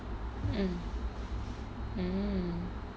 mm mm mm